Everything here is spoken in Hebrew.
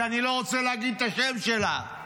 שאני לא רוצה להגיד את השם שלה,